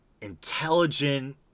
intelligent